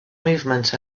movement